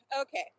Okay